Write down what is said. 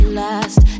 last